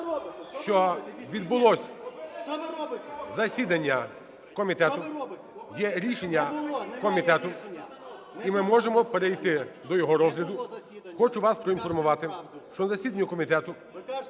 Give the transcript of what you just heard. що відбулось засідання комітету, є рішення комітету, і ми можемо перейти до його розгляду. Хочу вас проінформувати, що засідання комітету